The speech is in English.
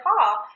call